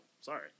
Sorry